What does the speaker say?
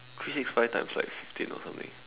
three six five times like fifteen or something